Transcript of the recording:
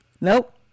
Nope